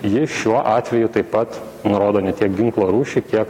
ji šiuo atveju taip pat nurodo ne tiek ginklo rūšį kiek